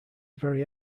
very